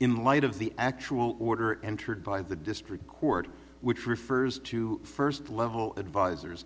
in light of the actual order entered by the district court which refers to first level advisers